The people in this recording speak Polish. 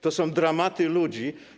To są dramaty ludzi.